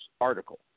article